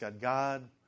God